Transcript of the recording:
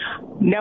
No